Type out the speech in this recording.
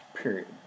period